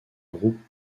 groupe